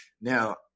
now